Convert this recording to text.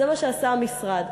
זה מה שעשה המשרד.